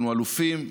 אנחנו אלופים,